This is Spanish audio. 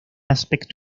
aspecto